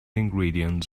ingredients